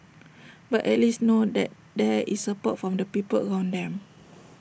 but at least know that there is support from the people around them